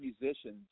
musicians